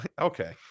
Okay